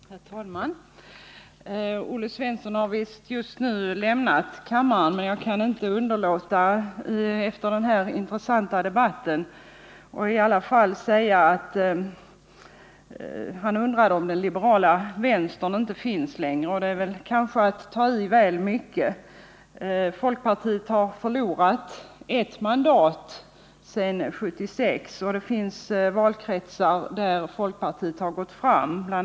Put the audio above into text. Herr talman! Olle Svensson har visst just nu lämnat kammaren, men jag kan i alla fall inte underlåta att efter den här intressanta debatten säga ett par ord till honom. Han undrade om den liberala vänstern inte finns längre. Det är kanske att ta i väl mycket. Folkpartiet har förlorat ett mandat sedan 1976. Det finns valkretsar där folkpartiet har gått fram. Bl.